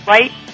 Right